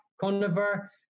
Conover